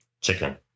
Chicken